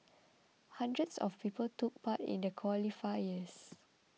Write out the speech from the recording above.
hundreds of people took part in the qualifiers